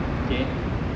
okay